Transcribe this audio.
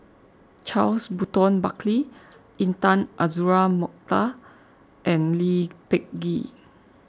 Charles Burton Buckley Intan Azura Mokhtar and Lee Peh Gee